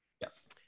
yes